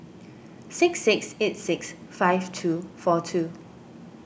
six six eight six five two four two